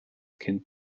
kind